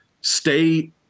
stay